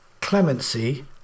Clemency